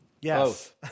Yes